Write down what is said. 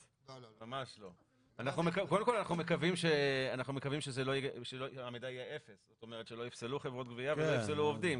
אנחנו מקבלים רשימות מהרשות ולפי הרשימות האלה אנחנו פועלים.